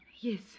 Yes